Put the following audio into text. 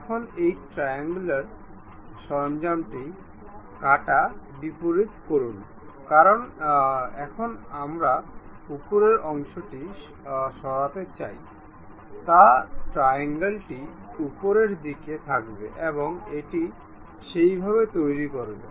এখন এই ট্রায়াঙ্গুলার সরঞ্জামটি কাটা বিপরীত করুন কারণ এখন আমরা উপরের অংশটি সরাতে চাই তাই ট্রায়াঙ্গলটি উপরের দিকে থাকবে এবং এটি সেইভাবে তৈরি করবে